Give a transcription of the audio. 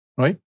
Right